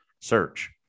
search